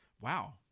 Wow